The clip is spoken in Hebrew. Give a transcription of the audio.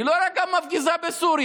היא לא רק מפגיזה בסוריה,